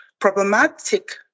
problematic